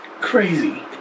crazy